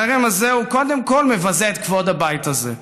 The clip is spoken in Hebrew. החרם הזה קודם כול מבזה את כבוד הבית הזה.